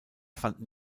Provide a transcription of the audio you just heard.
fanden